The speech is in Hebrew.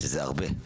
שזה הרבה.